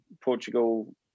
Portugal